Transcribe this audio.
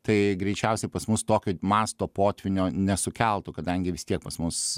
tai greičiausiai pas mus tokio masto potvynio nesukeltų kadangi vis tiek pas mus